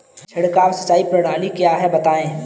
छिड़काव सिंचाई प्रणाली क्या है बताएँ?